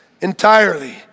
entirely